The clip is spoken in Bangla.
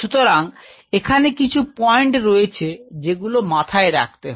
সুতরাং এখানে কিছু পয়েন্ট রয়েছে যেগুলো মাথায় রাখতে হবে